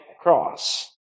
cross